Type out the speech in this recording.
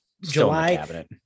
July